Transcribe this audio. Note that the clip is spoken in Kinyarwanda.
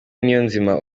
niyonzima